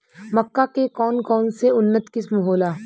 मक्का के कौन कौनसे उन्नत किस्म होला?